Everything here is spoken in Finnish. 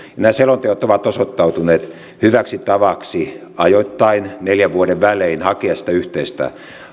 nämä selonteot ovat osoittautuneet hyväksi tavaksi ajoittain neljän vuoden välein hakea sitä yhteistä